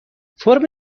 فرم